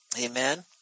Amen